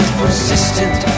persistent